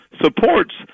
supports